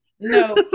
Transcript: no